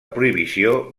prohibició